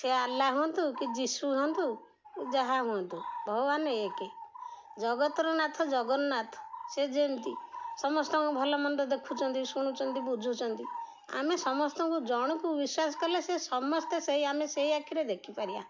ସେ ଆଲ୍ଲାହ ହୁଅନ୍ତୁ କି ଯିଶୁ ହୁଅନ୍ତୁ ଯାହା ହୁଅନ୍ତୁ ଭଗବାନ ଏକେ ଜଗତର ନାଥ ଜଗନ୍ନାଥ ସେ ଯେମିତି ସମସ୍ତଙ୍କୁ ଭଲମନ୍ଦ ଦେଖୁଛନ୍ତି ଶୁଣୁଛନ୍ତି ବୁଝୁଛନ୍ତି ଆମେ ସମସ୍ତଙ୍କୁ ଜଣକୁ ବିଶ୍ୱାସ କଲେ ସେ ସମସ୍ତେ ସେଇ ଆମେ ସେଇ ଆଖିରେ ଦେଖିପାରିବା